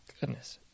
Goodness